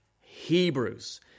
Hebrews